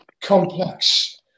complex